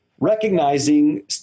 recognizing